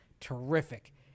terrific